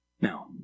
Now